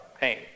pain